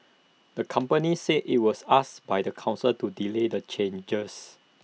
the company said IT was asked by the Council to delay the changes